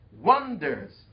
wonders